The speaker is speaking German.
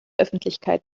öffentlichkeit